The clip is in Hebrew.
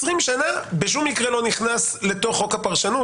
20 שנה בשום מקרה לא נכנס לתוך חוק הפרשנות